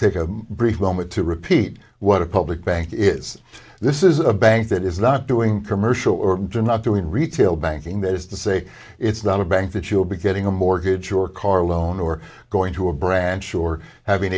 take a brief moment to repeat what a public bank is this is a bank that is not doing commercial or not doing retail banking that is to say it's not a bank that you'll be getting a mortgage or car loan or going to a branch or having